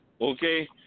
Okay